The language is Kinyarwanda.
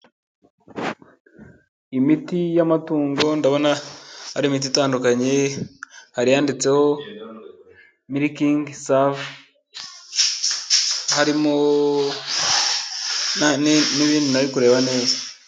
Imiti y'amatungo ndabona ari imiti itandukanye. Hari iyanditseho milking save, harimo n'ibindi ntari kureba neza.